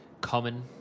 common